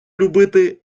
любити